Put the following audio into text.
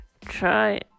try